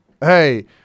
Hey